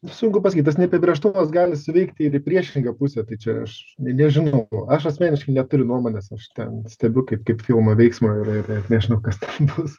sunku pasakyt tas neapibrėžtumas gali veikti ir į priešingą pusę tai čia aš nežinau ko aš asmeniškai neturiu nuomonės aš ten stebiu kaip filmą veiksmą ir net nežinau kas bus